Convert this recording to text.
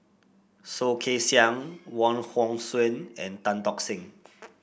Soh Kay Siang Wong Hong Suen and Tan Tock Seng